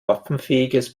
waffenfähiges